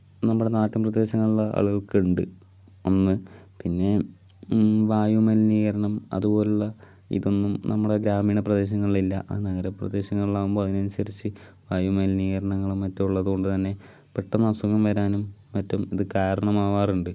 നമ്മുടെ നാട്ടിൻ പ്രദേശങ്ങളിലെ ആളുകൾക്കുണ്ട് ഒന്ന് പിന്നെ വായുമലിനീകരണം അതുപോലെയുള്ള ഇതൊന്നും നമ്മുടെ ഗ്രാമീണ പ്രദേശങ്ങളിലില്ല അത് നഗരപ്രദേശങ്ങളിലാകുമ്പോൾ അതിനനുസരിച്ച് വായുമലിനീകരണങ്ങളും മറ്റും ഉള്ളത് കൊണ്ട് തന്നെ പെട്ടെന്ന് അസുഖം വരാനും മറ്റും ഇത് കാരണമാകാറുണ്ട്